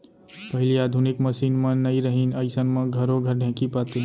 पहिली आधुनिक मसीन मन नइ रहिन अइसन म घरो घर ढेंकी पातें